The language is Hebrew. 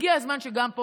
הגיע הזמן שגם פה,